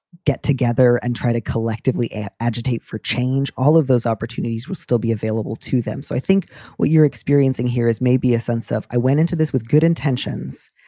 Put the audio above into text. get together and try to collectively agitate for change. all of those opportunities will still be available to them. so i think what you're experiencing here is maybe a sense of i went into this with good intentions,